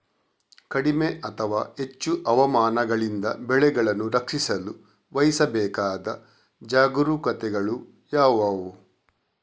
ಕಡಿಮೆ ಅಥವಾ ಹೆಚ್ಚು ಹವಾಮಾನಗಳಿಂದ ಬೆಳೆಗಳನ್ನು ರಕ್ಷಿಸಲು ವಹಿಸಬೇಕಾದ ಜಾಗರೂಕತೆಗಳು ಯಾವುವು?